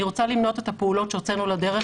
אני רוצה למנות את הפעולות שהוצאנו לדרך,